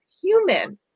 human